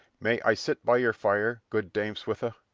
may i sit by your fire, good dame switha?